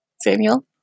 Samuel